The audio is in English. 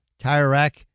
TireRack